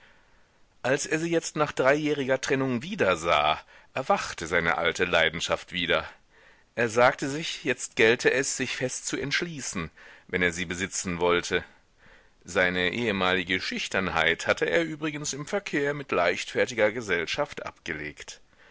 als er sie jetzt nach dreijähriger trennung wiedersah erwachte seine alte leidenschaft wieder er sagte sich jetzt gälte es sich fest zu entschließen wenn er sie besitzen wollte seine ehemalige schüchternheit hatte er übrigens im verkehr mit leichtfertiger gesellschaft abgelegt